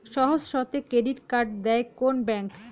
সহজ শর্তে credit card দেয় কোন ব্যাংক?